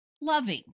loving